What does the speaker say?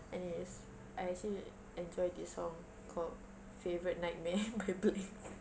and it's I actually enjoy this song called favourite nightmare by blanks